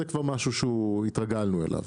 זה כבר משהו שהתרגלנו אליו.